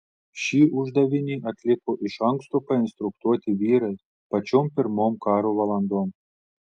šį uždavinį atliko iš anksto painstruktuoti vyrai pačiom pirmom karo valandom